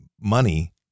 money